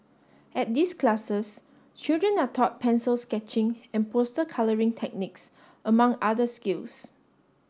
at these classes children are taught pencil sketching and poster colouring techniques among other skills